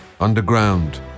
Underground